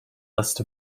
list